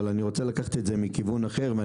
אבל מכיוון אחר.